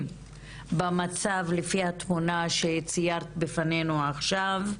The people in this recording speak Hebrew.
במצב על פי התמונה שציינת בפנינו עכשיו.